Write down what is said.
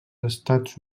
estats